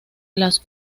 las